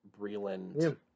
Breland